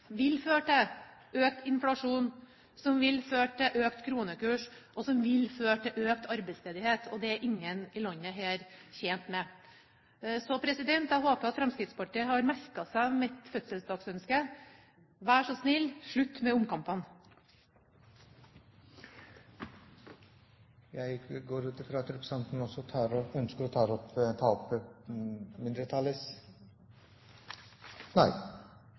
vil føre til økt inflasjon, som vil føre til økt kronekurs og som vil føre til økt arbeidsledighet, og det er ingen i dette landet tjent med. Så jeg håper Fremskrittspartiet har merket seg mitt fødselsdagsønske: Vær så snill, slutt med omkampene! Transporten ut og inn av Trondheim, særlig fra den sørlige siden, har vært et problem over lengre tid. Det offentlige transporttilbudet har også